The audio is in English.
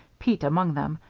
pete among them,